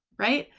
right.